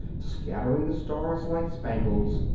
scattering the stars like spangles,